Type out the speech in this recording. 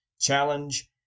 challenge